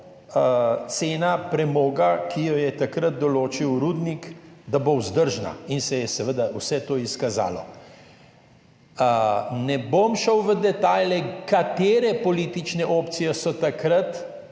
cena premoga, ki jo je takrat določil rudnik, ne bo vzdržna, in se je seveda vse to izkazalo. Ne bom šel v detajle, katere politične opcije so takrat